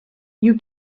you